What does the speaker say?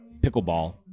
pickleball